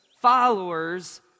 followers